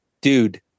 Dude